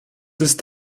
ist